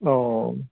औ